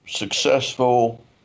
successful